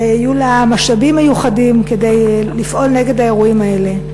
ויהיו לה משאבים מיוחדים כדי לפעול נגד האירועים האלה.